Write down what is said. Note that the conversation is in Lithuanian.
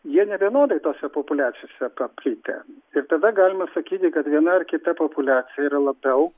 jie nevienodai tose populiacijose paplitę ir tada galima sakyti kad viena ar kita populiacija yra labiau